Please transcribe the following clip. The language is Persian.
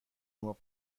مرغ